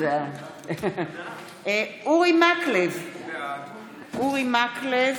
אורי מקלב,